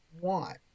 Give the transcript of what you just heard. want